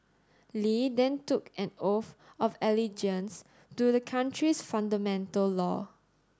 Li then took an oath of allegiance to the country's fundamental law